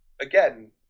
again